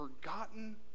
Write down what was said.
forgotten